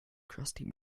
crusty